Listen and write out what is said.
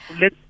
let